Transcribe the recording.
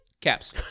Caps